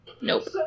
nope